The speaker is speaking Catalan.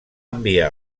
enviar